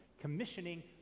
commissioning